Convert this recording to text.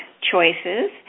Choices